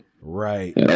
right